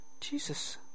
Jesus